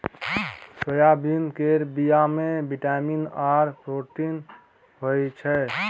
soybean केर बीया मे बिटामिन आर प्रोटीन होई छै